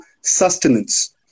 sustenance